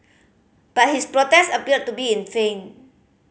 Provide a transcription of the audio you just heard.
but his protest appeared to be in vain